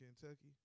Kentucky